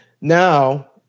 Now